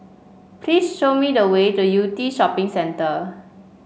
please show me the way to Yew Tee Shopping Centre